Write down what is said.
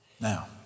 Now